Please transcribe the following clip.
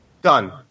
Done